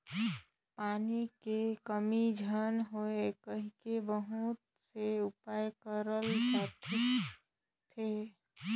पानी के कमी झन होए कहिके बहुत से उपाय करल जाए सकत अहे